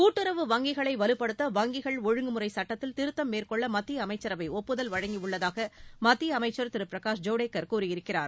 கூட்டுறவு வங்கிகளை வலுப்படுத்த வங்கிகள் ஒழுங்குமுறை சட்டத்தில் திருத்தம் மேற்கொள்ள மத்திய அமைச்சரவை ஒப்புதல் வழங்கியுள்ளதாக மத்திய அமைச்சர் திரு பிரகாஷ் ஜவடேகர் கூறியிருக்கிறார்